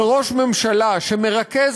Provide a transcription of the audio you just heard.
וראש ממשלה שמרכז